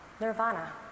Nirvana